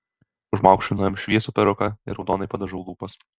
užmaukšlinu jam šviesų peruką ir raudonai padažau lūpas